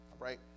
Right